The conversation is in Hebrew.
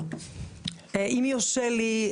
אם יורשה לי,